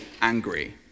angry